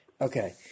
Okay